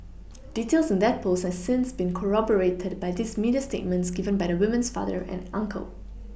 details in that post has since been corroborated by these media statements given by the woman's father and uncle